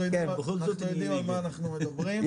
אנחנו בכל זאת יודעים על מה אנחנו מדברים.